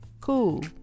cool